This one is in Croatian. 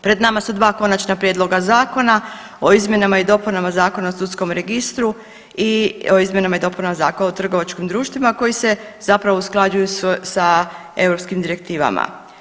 Pred nama su dva konačna prijedloga zakona o izmjenama i dopunama Zakona o sudskom registru i o izmjenama i dopunama Zakona o trgovačkim društvima koji se zapravo usklađuju sa europskim direktivama.